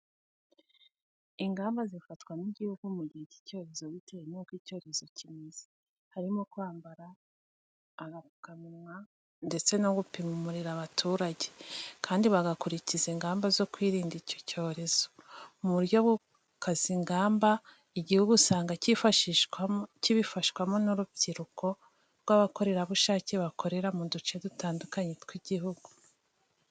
Ingamba zifatwa n'igihugu mu gihe cy'icyorezo bitewe nuko icyorezo kimeze, harimo kwambara agapfukamunwa ndetse no gupima umuriro abaturajye, kandi bagakurikiza ingamba zo kwirinda icyo cyorezo. Mu buryo bwo gukaza ingamba, igihugu usanga kibifashwamo n'urubyiruko rw'abakorerabushake bakorera mu duce dutandukanye tw'igihugu.